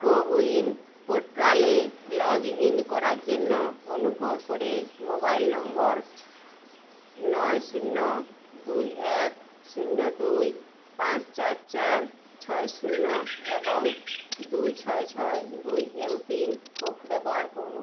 CoWIN পোর্টালে log in করার জন্য অনুগ্রহ করে মোবাইল নম্বর নয় শূন্য দুই এক শূন্য দুই পাঁচ চার চার ছয় শূন্য এবং দুই ছয় ছয় দুই এমপিন কোড ব্যবহার করুন